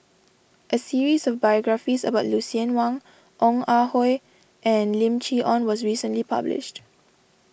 a series of biographies about Lucien Wang Ong Ah Hoi and Lim Chee Onn was recently published